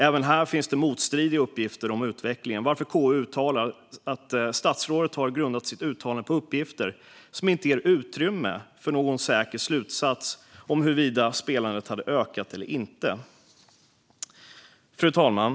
Även här finns det motstridiga uppgifter om utvecklingen, varför KU uttalar att statsrådet har grundat sitt uttalande på uppgifter som inte ger utrymme för någon säker slutsats om huruvida spelandet ökat eller inte. Fru talman!